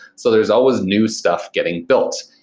so there's always new stuff getting built.